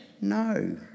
No